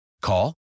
call